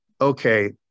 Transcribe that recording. okay